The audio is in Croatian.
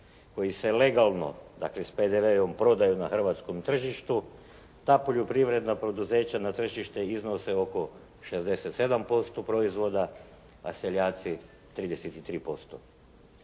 koji se legalno, dakle bez PDV-a prodaju na hrvatskom tržištu, ta poljoprivredna poduzeća na tržište iznose oko 67% proizvoda, a seljaci 33%.